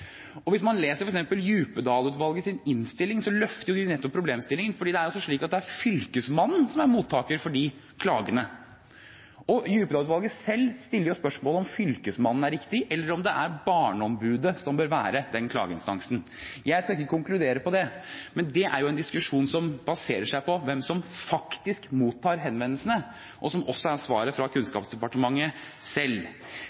henvendelsene. Hvis man leser f.eks. Djupedal-utvalgets innstilling, løfter de nettopp problemstillingen fordi det er Fylkesmannen som er mottaker av klagene. Og Djupedal-utvalget selv stiller spørsmålet om Fylkesmannen er riktig, eller om det er Barneombudet som bør være klageinstansen. Jeg skal ikke konkludere på det, men det er en diskusjon som baserer seg på hvem som faktisk mottar henvendelsene, som også er svaret fra Kunnskapsdepartementet selv.